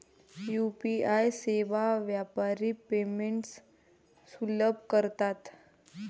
UPI सेवा व्यापारी payments सुलभ करतात